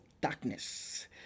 darkness